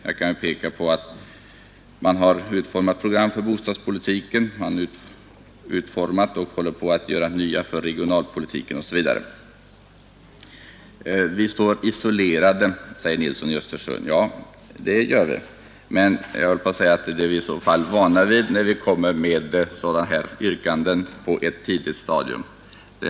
Jag kan peka på att man har utformat ett program för bostadspolitiken, att man håller på att utforma nya program för regionalpolitiken osv. Vi står isolerade, säger herr Nilsson i Östersund. Ja, det gör vi, men jag höll på att säga att det är vi i så fall vana vid att göra när vi för fram sådana yrkanden på ett tidigt stadium.